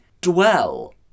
dwell